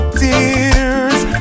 tears